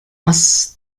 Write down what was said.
was